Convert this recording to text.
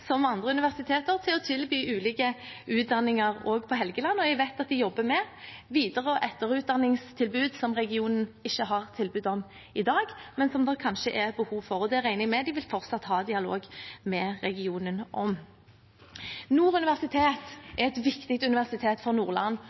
som andre universiteter, til å tilby ulike utdanninger også på Helgeland, og jeg vet at de jobber med videre- og etterutdanningstilbud som regionen ikke har tilbud om i dag, men som det kanskje er et behov for. Det regner jeg med at de fortsatt vil ha dialog med regionen om. Nord universitet er et viktig universitet for Nordland